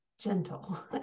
gentle